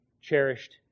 cherished